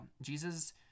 jesus